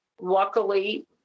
Luckily